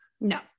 no